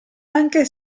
anche